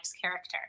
character